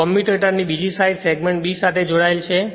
કમ્યુટેટરની બીજી side segment b સાથે જોડાયેલ છે